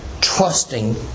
trusting